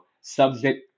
subject